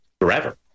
forever